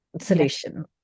solution